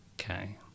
okay